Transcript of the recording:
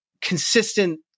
consistent